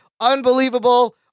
unbelievable